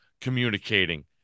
communicating